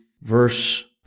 verse